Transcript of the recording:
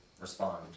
respond